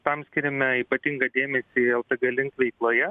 tam skiriame ypatingą dėmesį ltg link veikloje